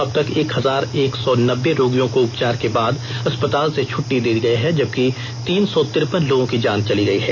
अब तक एक हजार एक सौ नब्बे रोगियों को उपचार के बाद अस्पताल से छट्टी दी गई है जबकि तीन सौ तिरपन लोगों की जान गई है